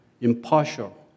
impartial